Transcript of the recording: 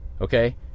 okay